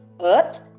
earth